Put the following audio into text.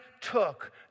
took